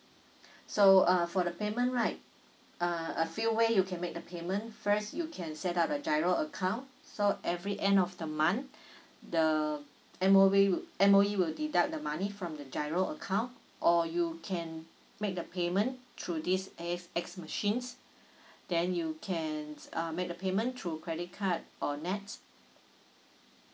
so uh for the payment right uh a few way you can make the payment first you can set up the GIRO account so every end of the month the M_O_E M_O_E will deduct the money from the GIRO account or you can make the payment through this A_X_S machines then you can um make the payment through credit card or NETS